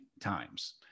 times